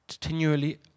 continually